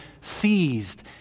seized